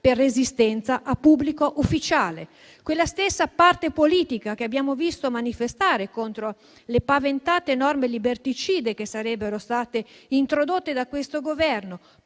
per resistenza a pubblico ufficiale; quella stessa parte politica che abbiamo visto manifestare contro le paventate norme liberticide che sarebbero state introdotte da questo Governo.